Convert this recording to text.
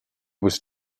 was